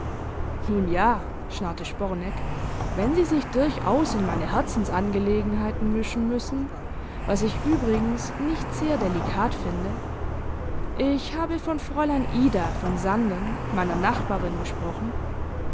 nun ja schnarrte sporeneck wenn sie sich durchaus in meine herzensangelegenheiten mischen müssen was ich übrigens nicht sehr delikat finde ich habe von fräulein ida von sanden meiner nachbarin gesprochen